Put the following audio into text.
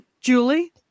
Julie